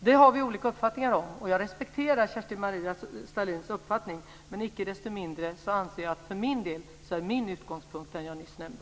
Det har vi olika uppfattningar om, och jag respekterar Kerstin Maria Stalins uppfattning, men icke desto mindre är min utgångspunkt den som jag nyss nämnde.